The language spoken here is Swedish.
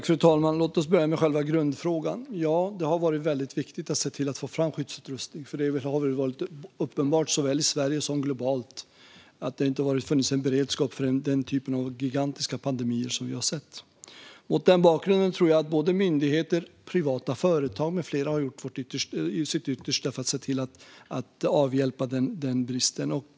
Fru talman! Låt oss börja med själva grundfrågan: Ja, det har varit viktigt att se till att få fram skyddsutrustning. Det har varit uppenbart såväl i Sverige som globalt att det inte har funnits en beredskap för den typ av gigantiska pandemier som vi har sett. Mot den bakgrunden tror jag att både myndigheter, privata företag med flera har gjort sitt yttersta för att se till att avhjälpa denna brist.